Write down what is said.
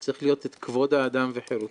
צריך להיות כבוד האדם וחירותו,